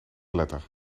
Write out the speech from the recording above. letter